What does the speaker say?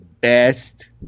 best